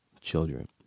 children